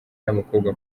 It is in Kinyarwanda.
n’abakobwa